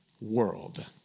world